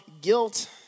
guilt